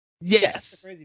Yes